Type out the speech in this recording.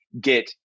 get